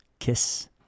kiss